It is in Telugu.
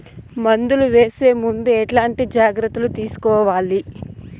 మందులు వేసే ముందు ఎట్లాంటి జాగ్రత్తలు తీసుకోవాలి?